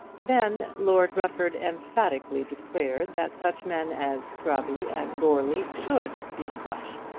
then lord rufford emphatically declared that such men as scrobby and goarly should be crushed,